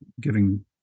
giving